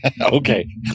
okay